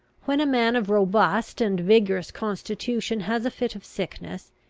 when a man of robust and vigorous constitution has a fit of sickness,